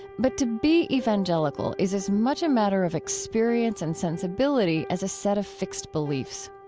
but to be evangelical is as much a matter of experience and sensibility as a set of fixed beliefs.